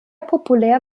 populär